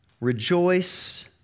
Rejoice